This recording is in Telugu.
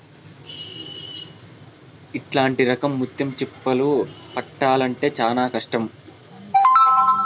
ఇట్లాంటి రకం ముత్యం చిప్పలు పట్టాల్లంటే చానా కష్టం